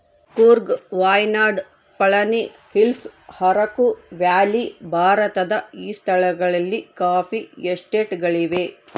Coorg Wayanad Palani Hills Araku Valley ಭಾರತದ ಈ ಸ್ಥಳಗಳಲ್ಲಿ ಕಾಫಿ ಎಸ್ಟೇಟ್ ಗಳಿವೆ